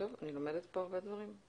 טוב, אני לומדת פה הרבה דברים.